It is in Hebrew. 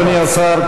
אדוני השר,